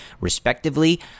respectively